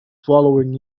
following